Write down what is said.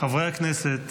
חברי הכנסת.